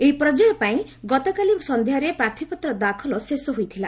ଏହି ପର୍ଯ୍ୟାୟ ପାଇଁ ଗତକାଲି ସଂଧ୍ୟାରେ ପ୍ରାର୍ଥୀପତ୍ର ଦାଖଲ ଶେଷ ହୋଇଥିଲା